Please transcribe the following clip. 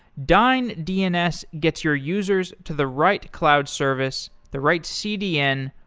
dyn dns gets your users to the right cloud service, the right cdn,